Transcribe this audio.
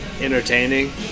entertaining